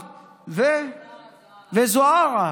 -- וזוהרה,